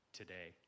today